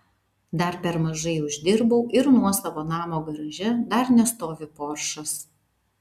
dar per mažai uždirbau ir nuosavo namo garaže dar nestovi poršas